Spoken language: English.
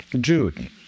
Jude